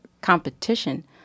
competition